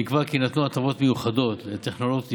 נקבע כי יינתנו הטבות מיוחדות לטכנולוגיות ינוקא,